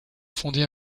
fonder